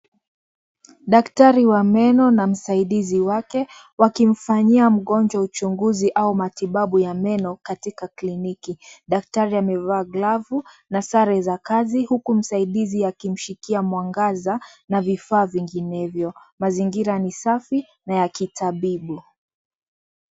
Daktari wa meno na msaidizi wake wakimfanyia mgonjwa uchunguzi au matibabu ya meno katika kliniki . Dakatri amevaa glavu na sare za kazi huku msaidizi akimshikia mwangaza na vifaa vinginevyo . Mazingira ni safi na ya kitabibu.